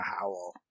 howl